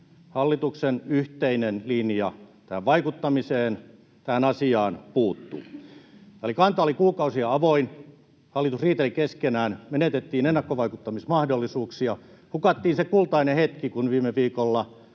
hallituksen yhteinen linja tähän asiaan vaikuttamiseen puuttuu. Kanta oli kuukausia avoin, hallitus riiteli keskenään. Menetettiin ennakkovaikuttamismahdollisuuksia, hukattiin se kultainen hetki, kun viime viikolla